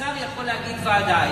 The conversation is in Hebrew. השר יכול להגיד ועדה.